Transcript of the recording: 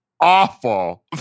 awful